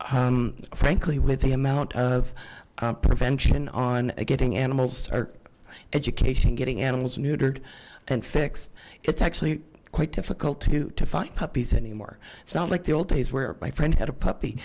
frankly with the amount of prevention on getting animals education getting animals neutered and fix it's actually quite difficult to fight puppies anymore sound like the old days where my friend had a puppy